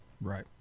Right